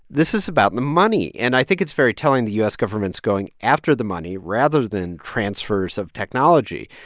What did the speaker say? this is about the money. and i think it's very telling the u s. government's going after the money rather than transfers of technology.